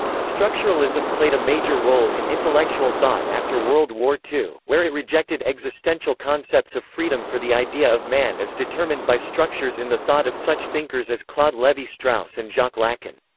structuralism played a major role in intellectual thought after world war two where it rejected existential concepts of freedom for the idea of man as determined by structures in the thought of such thinkers as claude levi-strauss and jacques lacan.